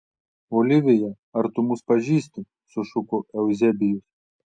olivija ar tu mus pažįsti sušuko euzebijus